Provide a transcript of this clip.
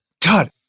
Todd